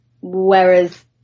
whereas